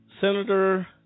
Senator